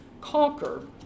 conquer